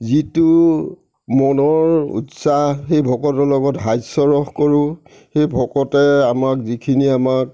যিটো মনৰ উৎসাহ সেই ভকতৰ লগত হাস্যৰস কৰোঁ সেই ভকতে আমাক যিখিনি আমাক